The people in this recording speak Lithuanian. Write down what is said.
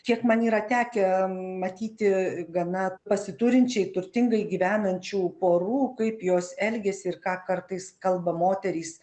kiek man yra tekę matyti gana pasiturinčiai turtingai gyvenančių porų kaip jos elgiasi ir ką kartais kalba moterys